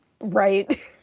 Right